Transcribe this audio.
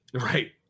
Right